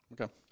Okay